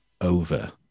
over